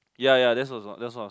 ya ya that was thats what was